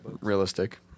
Realistic